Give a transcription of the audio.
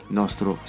nostro